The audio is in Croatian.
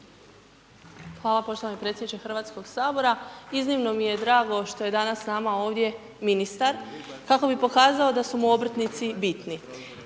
Hvala poštovani predsjedniče HS. Iznimno mi je drago što je danas s nama ovdje ministar kako bi pokazao da su mu obrtnici bitni.